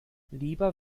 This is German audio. lieber